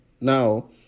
now